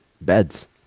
Beds